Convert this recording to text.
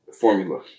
formula